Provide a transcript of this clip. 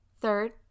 Third